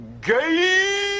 gay